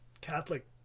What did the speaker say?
Catholic